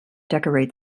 decorate